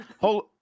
Hold